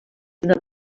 una